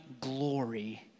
glory